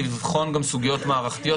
לבחון גם סוגיות מערכתיות,